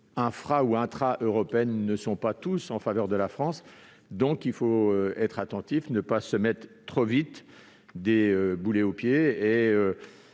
infra ou intra-européens ne sont pas tous en faveur de la France. Il faut donc être vigilants et ne pas se mettre trop vite des boulets aux pieds.